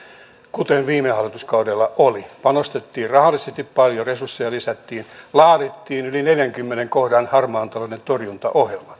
kuten viime hallituskaudella oli panostettiin rahallisesti paljon resursseja lisättiin laadittiin yli neljännenkymmenennen kohdan harmaan talouden torjuntaohjelma